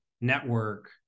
network